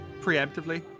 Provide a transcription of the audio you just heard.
preemptively